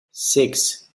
six